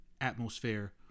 Atmosphere